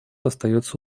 остается